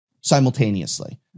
simultaneously